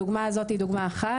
הדוגמה הזאת היא דוגמה אחת.